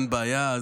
אין בעיה.